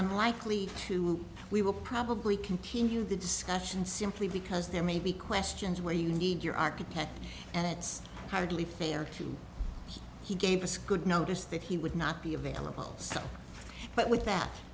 unlikely to we will probably continue the discussion simply because there may be questions where you need your architect and it's hardly fair to he gave us good notice that he would not be available but with that